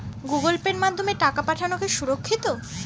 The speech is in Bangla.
গুগোল পের মাধ্যমে টাকা পাঠানোকে সুরক্ষিত?